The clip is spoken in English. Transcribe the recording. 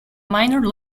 minor